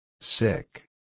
Sick